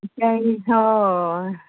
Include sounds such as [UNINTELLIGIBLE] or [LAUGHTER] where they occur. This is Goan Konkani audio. [UNINTELLIGIBLE] हय